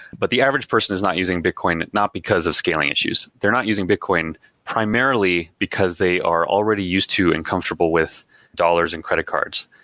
but the average person is not using bitcoin not because of scaling issues. they're not using bitcoin primarily because they are already used to and comfortable with dollars and credit cards,